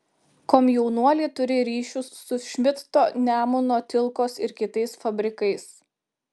komjaunuoliai turi ryšius su šmidto nemuno tilkos ir kitais fabrikais